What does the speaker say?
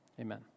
amen